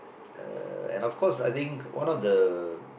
uh and of course I think one of the